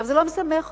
זה לא משמח אותי.